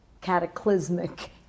cataclysmic